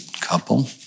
couple